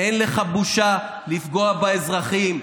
אין לך בושה לפגוע באזרחים,